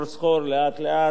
לאט-לאט,